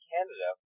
Canada